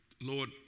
Lord